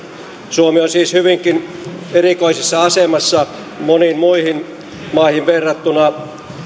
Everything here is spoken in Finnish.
suomi on siis hyvinkin erikoisessa asemassa maihin verrattuna